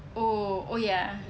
oh oh ya